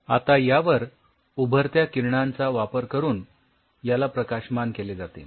आता यावर उभरत्या किरणांचा वापर करून याला प्रकाशमान केले जाते